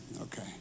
okay